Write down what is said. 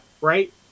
Right